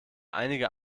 einige